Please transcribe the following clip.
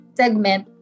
segment